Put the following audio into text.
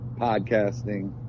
podcasting